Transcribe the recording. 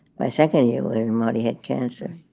my second year and modi had cancer.